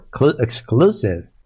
exclusive